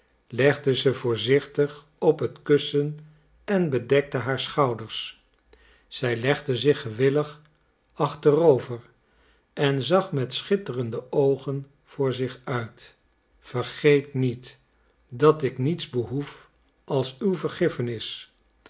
legde ze voorzichtig op het kussen en bedekte haar schouders zij legde zich gewillig achterover en zag met schitterende oogen voor zich uit vergeet niet dat ik niets behoef als uw vergiffenis